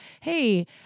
Hey